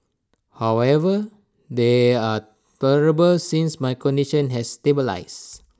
however they are tolerable since my condition has stabilised